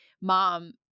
mom